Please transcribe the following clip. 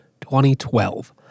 2012